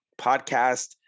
podcast